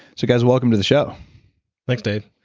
so guys welcome to the show thanks dave.